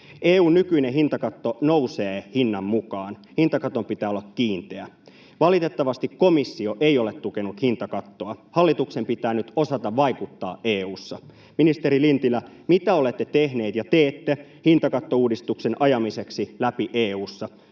EU:n nykyinen hintakatto nousee hinnan mukaan. Hintakaton pitää olla kiinteä. Valitettavasti komissio ei ole tukenut hintakattoa. Hallituksen pitää nyt osata vaikuttaa EU:ssa. Ministeri Lintilä, mitä olette tehneet ja teette hintakattouudistuksen ajamiseksi läpi EU:ssa?